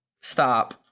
Stop